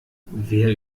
wer